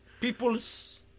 people's